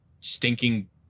stinking